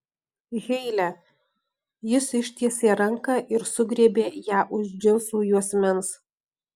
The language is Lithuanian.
heile jis ištiesė ranką ir sugriebė ją už džinsų juosmens